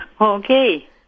Okay